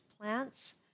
plants